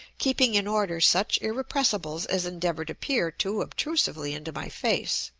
keeping in order such irrepressibles as endeavor to peer too obtrusively into my face.